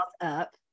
up